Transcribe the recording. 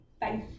bye